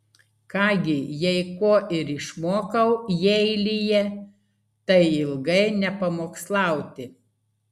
ką gi jei ko ir išmokau jeilyje tai ilgai nepamokslauti